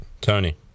Tony